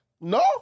No